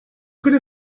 could